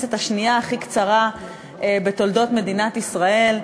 הכנסת השנייה הכי קצרה בתולדות מדינת ישראל,